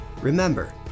Remember